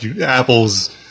Apple's